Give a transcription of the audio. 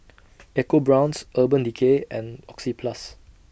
EcoBrown's Urban Decay and Oxyplus